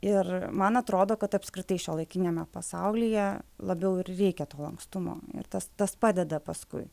ir man atrodo kad apskritai šiuolaikiniame pasaulyje labiau ir reikia to lankstumo ir tas tas padeda paskui